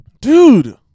Dude